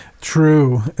True